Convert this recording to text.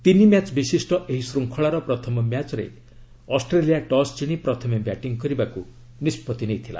ତିନି ମ୍ୟାଚ୍ ବିଶିଷ୍ଟ ଏହି ଶୃଙ୍ଖଳାର ପ୍ରଥମ ମ୍ୟାଚ୍ରେ ଅଷ୍ଟ୍ରେଲିଆ ଟସ୍ ଜିଶି ପ୍ରଥମେ ବ୍ୟାଟିଂ କରିବାକୁ ନିଷ୍ପଭି ନେଇଥିଲା